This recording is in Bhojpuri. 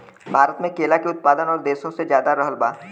भारत मे केला के उत्पादन और देशो से ज्यादा रहल बा